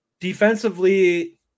Defensively